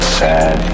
sad